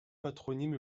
patronyme